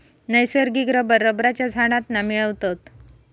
नैसर्गिक रबर रबरच्या झाडांतना मिळवतत